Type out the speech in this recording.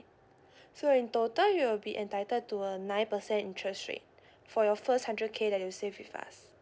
so in total you will be entitled to a nine percent interest rate for your first hundred K that you save with us